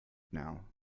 now